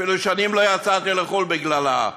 אפילו שנים לא יצאתי לחו"ל בגללה,